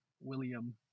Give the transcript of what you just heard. William